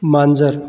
मांजर